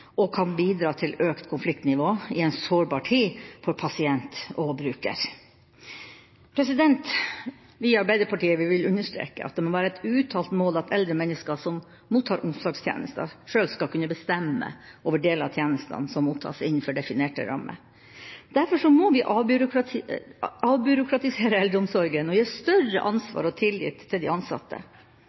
og kan bidra til økt konfliktnivå i en sårbar tid for pasienter og brukere.» Vi i Arbeiderpartiet vil understreke at det må være et uttalt mål at eldre mennesker som mottar omsorgstjenester, selv skal kunne bestemme over deler av tjenestene som mottas, innenfor definerte rammer. Derfor må vi avbyråkratisere eldreomsorgen og gi større ansvar og tillit til de ansatte.